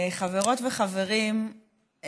חברות וחברים,